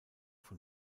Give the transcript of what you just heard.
von